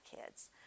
kids